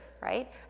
right